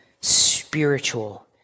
spiritual